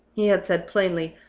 he had said plainly,